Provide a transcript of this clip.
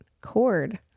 cord